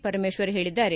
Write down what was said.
ಪರಮೇಶ್ವರ್ ಹೇಳಿದ್ದಾರೆ